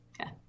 Okay